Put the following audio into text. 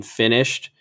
finished